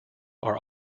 are